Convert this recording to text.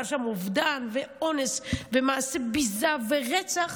והיה שם אובדן ואונס ומעשי ביזה ורצח,